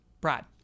Brad